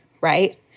right